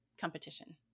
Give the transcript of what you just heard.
competition